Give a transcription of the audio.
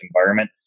environment